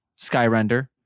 Skyrender